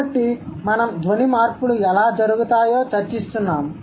కాబట్టి మనం ధ్వని మార్పులు ఎలా జరుగుతాయో చర్చిస్తున్నాము